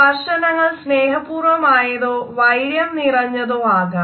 സ്പർശനങ്ങൾ സ്നേഹഹപൂർവ്വമായതോ വൈര്യം നിറഞ്ഞതോ ആകാം